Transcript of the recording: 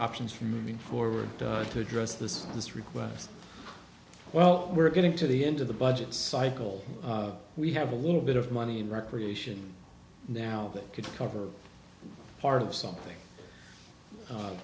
options for moving forward to address this this request well we're getting to the end of the budget cycle we have a little bit of money in recreation now that could cover part of something